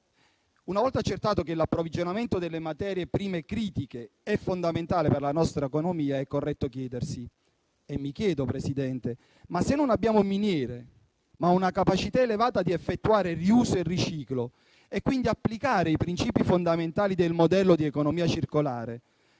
Una volta accertato che l'approvvigionamento delle materie prime critiche è fondamentale per la nostra economia, è corretto chiedersi, e mi chiedo, Presidente: se non abbiamo miniere, ma una capacità elevata di effettuare il riuso e il riciclo e quindi applicare i principi fondamentali del modello di economia circolare,